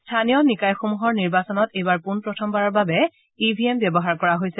স্থানীয় নিকায়সমূহৰ নিৰ্বাচনত এইবাৰ পোনপ্ৰথমবাৰৰ বাবে ই ভি এম ব্যৱহাৰ কৰা হৈছে